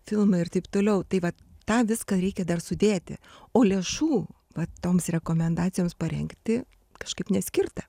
filmai ir taip toliau tai va tą viską reikia dar sudėti o lėšų va toms rekomendacijoms parengti kažkaip neskirta